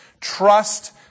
trust